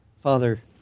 Father